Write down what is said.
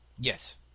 Yes